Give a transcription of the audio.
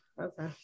Okay